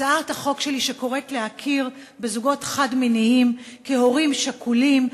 הצעת החוק שלי שקוראת להכיר בזוגות חד-מיניים כהורים שכולים,